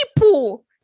people